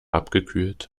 abgekühlt